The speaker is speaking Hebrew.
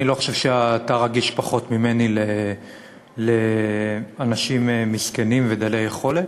אני לא חושב שאתה רגיש פחות ממני לאנשים מסכנים ודלי יכולת,